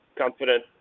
confident